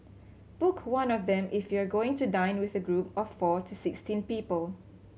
book one of them if you are going to dine with a group of four to sixteen people